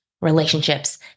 relationships